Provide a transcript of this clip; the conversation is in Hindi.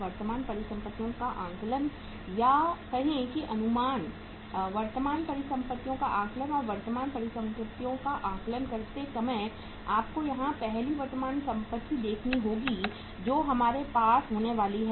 वर्तमान परिसंपत्तियों का आकलन या कहें कि अनुमान वर्तमान परिसंपत्तियों का आकलन और वर्तमान परिसंपत्तियों का आकलन करते समय आपको यहां पहली वर्तमान संपत्ति देखनी होगी जो हमारे पास होने वाली है